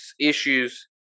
issues